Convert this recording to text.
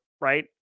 right